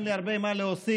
אין לי הרבה מה להוסיף.